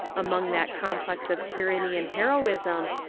among that complex of tyranny and hero ism,